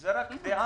זו רק דעה.